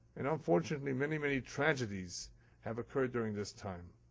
and unfortunately, many, many tragedies have occurred during this time.